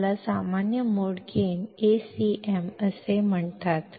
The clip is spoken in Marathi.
याला सामान्य मोड गेन Acm असे म्हणतात